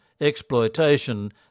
exploitation